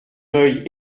oeil